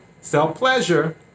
self-pleasure